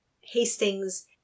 Hastings